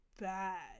bad